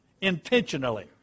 intentionally